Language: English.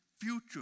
future